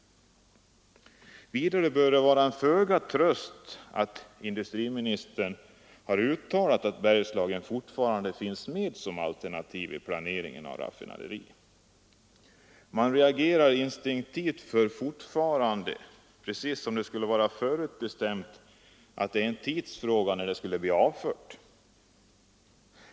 Vidare är det föga tröst i att industriministern har uttalat att Bergslagen fortfarande finns med som alternativ i planeringen av raffinaderier. Man reagerar instinktivt för ordet ”fortfarande”, precis som om det skulle vara förutbestämt att det är en tidsfråga när alternativet blir avfört.